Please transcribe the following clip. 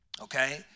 Okay